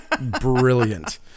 brilliant